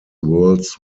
worlds